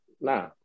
Nah